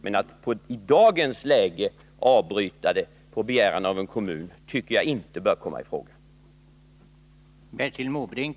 Men att i dag avbryta undersökningarna på begäran av en kommun tycker jag inte bör komma i fråga.